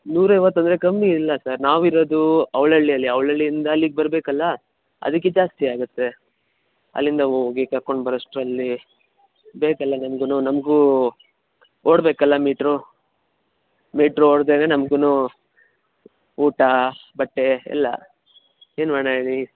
ನೂರೈವತ್ತು ಅಂದರೆ ಕಮ್ಮಿ ಇಲ್ಲ ಸರ್ ನಾವಿರೋದು ಅವಲಳ್ಳಿಯಲ್ಲಿ ಅವಲಳ್ಳಿಯಿಂದ ಅಲ್ಲಿಗೆ ಬರಬೇಕಲ್ಲ ಅದಕ್ಕೆ ಜಾಸ್ತಿಯಾಗುತ್ತೆ ಅಲ್ಲಿಂದ ಹೋಗಿ ಕರ್ಕೊಂಡ್ಬರೋಷ್ಟರಲ್ಲಿ ಬೇಕಲ್ಲಾ ನಮಗೂ ನಮಗೂ ಓಡಬೇಕಲ್ಲಾ ಮೀಟ್ರು ಮೀಟ್ರ್ ಓಡಿದ್ರೇನೇ ನಮಗೂ ಊಟ ಬಟ್ಟೆ ಎಲ್ಲ ಏನು ಮಾಡೋಣ ಹೇಳಿ